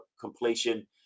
completion